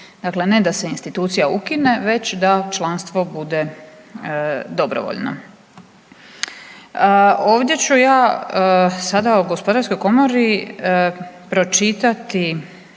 Dakle, ne da se institucija ukine, već da članstvo bude dobrovoljno. Ovdje ću ja sada o Gospodarskoj komori pročitati